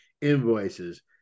invoices